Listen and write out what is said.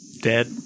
dead